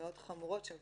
מאוד חמורות שיש